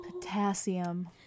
potassium